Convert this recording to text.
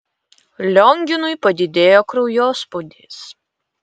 lionginui padidėjo kraujospūdis